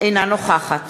אינה נוכחת